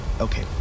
okay